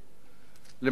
למעגל האבטלה.